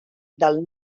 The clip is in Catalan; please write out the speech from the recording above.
del